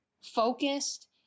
focused